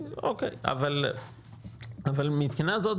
אבל מבחינה זו,